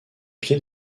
pied